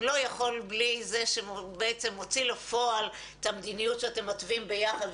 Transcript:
הוא לא יכול בלי זה שבעצם מוציא לפועל את המדיניות שאתם מתווים ביחד,